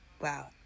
Wow